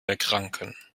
erkranken